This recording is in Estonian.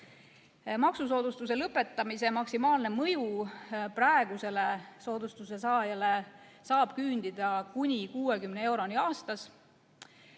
Maksusoodustuse lõpetamise maksimaalne mõju praegusele soodustuse saajale saab küündida kuni 60 euroni aastas.